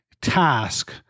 task